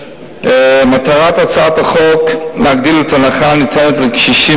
מטרת הצעת החוק להגדיל את ההנחה הניתנת לקשישים